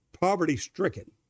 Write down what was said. poverty-stricken